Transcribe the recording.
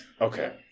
Okay